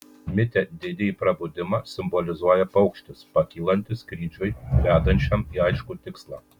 mite didįjį prabudimą simbolizuoja paukštis pakylantis skrydžiui vedančiam į aiškų tikslą